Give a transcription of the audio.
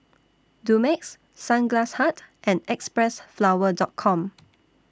Dumex Sunglass Hut and Xpressflower Doll Com